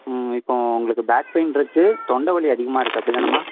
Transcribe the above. ம் இப்போது உங்களுக்கு பேக் பெயின் இருக்குது தொண்டை வலி அதிகமாக இருக்குது அப்படி தானேம்மா